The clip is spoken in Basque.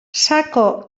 sako